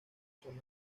son